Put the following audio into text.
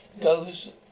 Goes